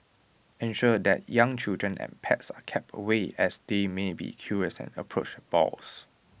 ensure that young children and pets are kept away as they may be curious and approach the boars